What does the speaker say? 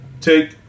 Take